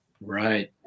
Right